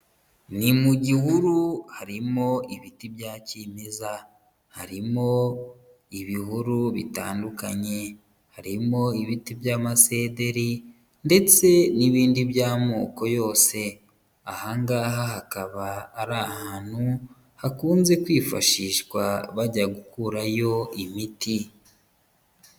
Ni mu gihuru harimo ibiti bya kimeza, harimo ibihuru bitandukanye, harimo ibiti by'amasederi, ndetse n'ibindi by'amoko yose, aha ngaha hakaba ari ahantu, hakunze kwifashishwa bajya gukurayo imiti.